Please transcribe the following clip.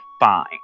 fine